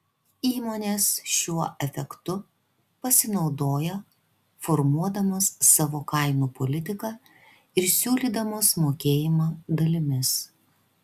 įmonės šiuo efektu pasinaudoja formuodamos savo kainų politiką ir siūlydamos mokėjimą dalimis